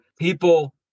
people